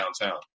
downtown